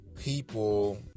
people